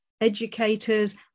educators